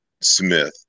Smith